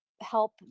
help